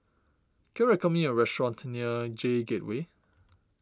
can you recommend me a restaurant near J Gateway